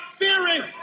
fearing